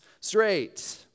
straight